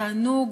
תענוג,